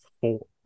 four